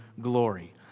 glory